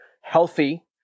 healthy